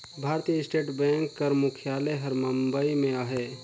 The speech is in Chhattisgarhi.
भारतीय स्टेट बेंक कर मुख्यालय हर बंबई में अहे